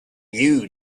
knew